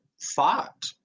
fought